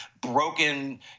broken